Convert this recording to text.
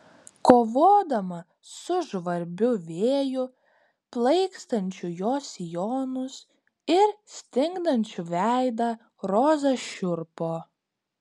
kovodama su žvarbiu vėju plaikstančiu jos sijonus ir stingdančiu veidą roza šiurpo